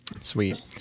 Sweet